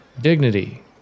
Dignity